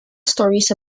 stories